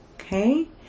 Okay